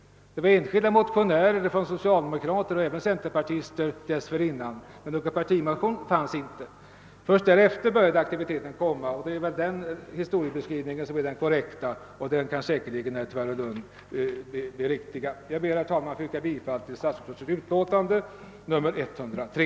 Det fanns dessförinnan enskilda motioner från socialdemokrater och även från centerpartister, men inte någon partimotion. Först efter 1959 började aktiviteten. Den historieskrivningen är den korrekta och den kan säkerligen herr Nilsson i Tvärålund beriktiga. Herr talman! Jag ber att få yrka bifall till statsutskottets hemställan i utlåtande nr 103.